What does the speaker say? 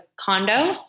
condo